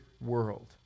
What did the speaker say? world